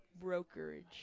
Brokerage